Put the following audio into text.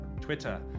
Twitter